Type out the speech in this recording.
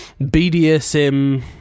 BDSM